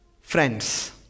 Friends